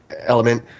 element